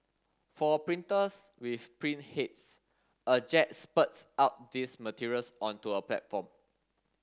for printers with print heads a jet spurts out these materials onto a platform